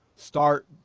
start